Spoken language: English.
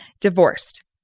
Divorced